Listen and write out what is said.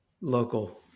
local